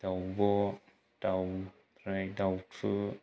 दाउब' दाउराइ दाउथु